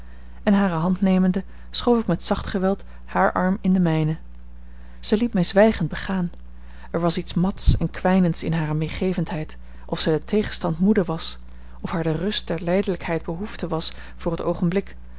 en hare hand nemende schoof ik met zacht geweld haar arm in de mijne zij liet mij zwijgend begaan er was iets mats en kwijnends in hare meegevendheid of zij den tegenstand moede was of haar de rust der lijdelijkheid behoefte was voor het oogenblik